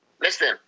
Listen